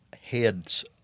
heads